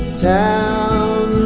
town